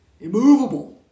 immovable